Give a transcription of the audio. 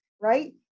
right